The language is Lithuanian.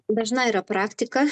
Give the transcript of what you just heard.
dažna yra praktika